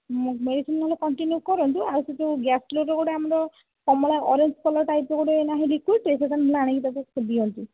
medicine ନହେଲେ continue କରନ୍ତୁ ଆଉ ସେହି ଯେଉଁ ଗ୍ୟାସ୍ଲୋଡ଼୍ର ଆମର କମଳା ଅରେଞ୍ଜ କଲର୍ ଟାଇପ୍ ର ନାହିଁ ଗୋଟିଏ ଲିକ୍ଵିଡ଼ଟେ ସେହିଟା ନହେଲେ ଆଣିକି ଦିଅନ୍ତୁ